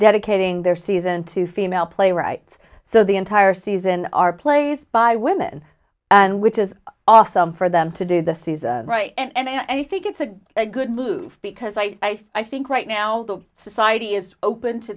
dedicating their season to female playwrights so the entire season are placed by women and which is awesome for them to do the season right and i think it's a good move because i i think right now the society is open to